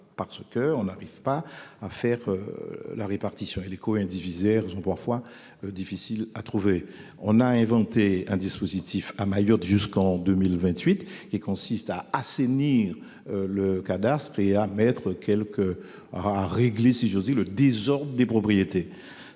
car l'on n'arrive pas à faire la répartition, les co-indivisaires étant parfois difficiles à trouver. On a inventé un dispositif à Mayotte jusqu'en 2028, qui consiste à assainir le cadastre et à régler, si j'ose dire, le désordre des propriétés.